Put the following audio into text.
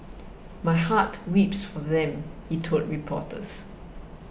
my heart weeps for them he told reporters